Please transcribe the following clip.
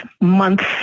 months